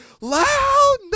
loud